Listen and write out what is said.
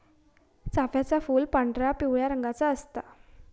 चाफ्याचा फूल पांढरा, पिवळ्या रंगाचा असता